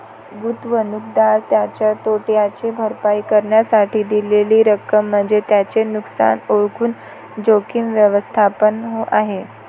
गुंतवणूकदार त्याच्या तोट्याची भरपाई करण्यासाठी दिलेली रक्कम म्हणजे त्याचे नुकसान ओळखून जोखीम व्यवस्थापन आहे